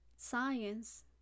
science